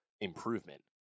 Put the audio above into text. improvement